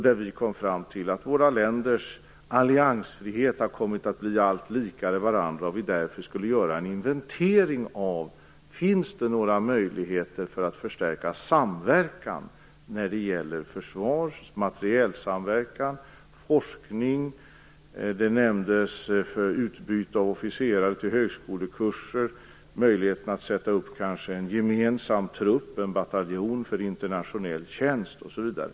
Där kom vi fram till att våra länders alliansfrihet har kommit att bli alltmera lika varandra och att vi därför borde göra en inventering av om det finns några möjligheter att förstärka samverkan när det gäller försvar, materiel och forskning. Det nämndes utbyte av officerare till högskolekurser, möjligheten att sätta upp en gemensam trupp, en bataljon för internationell tjänst osv.